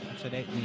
today